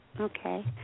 Okay